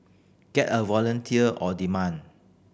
get a volunteer on demand